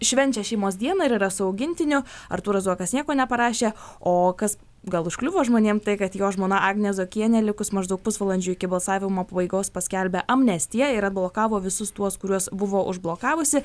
švenčia šeimos dieną ir yra su augintiniu artūras zuokas nieko neparašė o kas gal užkliuvo žmonėm tai kad jo žmona agnė zuokienė likus maždaug pusvalandžiui iki balsavimo pabaigos paskelbė amnestiją ir atblokavo visus tuos kuriuos buvo užblokavusi